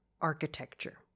architecture